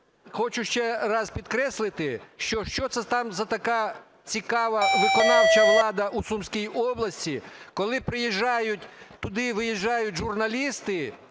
хочу ще раз підкреслити, що це там за така цікава виконавча влада у Сумській області. Коли приїжджають туди, виїжджають